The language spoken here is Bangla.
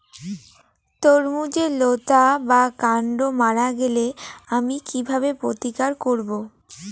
তরমুজের লতা বা কান্ড মারা গেলে আমি কীভাবে প্রতিকার করব?